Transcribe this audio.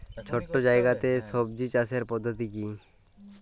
ছোট্ট জায়গাতে সবজি চাষের পদ্ধতিটি কী?